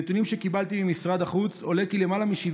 מנתונים שקיבלתי ממשרד החוץ עולה כי למעלה מ-70